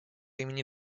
имени